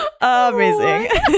amazing